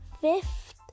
fifth